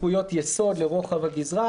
זכויות יסוד לרוחב הגזרה.